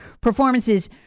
performances